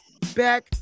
back